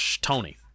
Tony